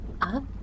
up